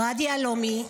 אוהד יהלומי,